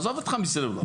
עזוב אותך מסלולר.